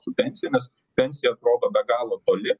su pensijomis pensija atrodo be galo toli